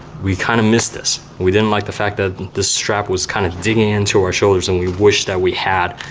we kind of missed this. we didn't like the fact that the strap was kind of digging into our shoulders and we wished that we had,